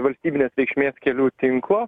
valstybinės reikšmės kelių tinklo